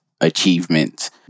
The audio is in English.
achievements